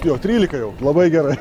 jo trylika jau labai gerai